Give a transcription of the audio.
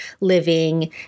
living